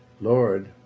Lord